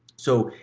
so,